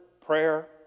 prayer